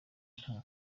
nta